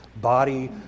body